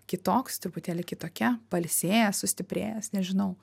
kitoks truputėlį kitokia pailsėjęs sustiprėjęs nežinau